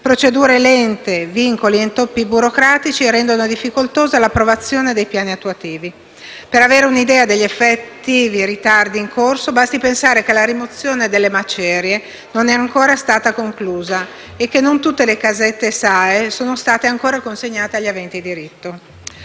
procedure lente, vincoli e intoppi burocratici rendono difficoltosa l'approvazione dei piani attuativi. Per avere un'idea degli effettivi ritardi in corso, basti pensare che la rimozione delle macerie non è stata ancora conclusa e che non tutte le "casette" SAE sono state ancora consegnate agli aventi diritto.